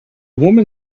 woman